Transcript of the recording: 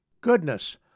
Goodness